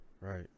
Right